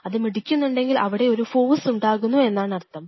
അത് മിടിക്കുന്നുണ്ടെങ്കിൽ അവിടെ ഒരു ഫോഴ്സ് ഉണ്ടാകുന്നു എന്നാണ് അർത്ഥം